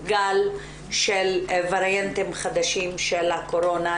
גל של וריאנטים חדשים של הקורונה.